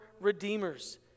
Redeemers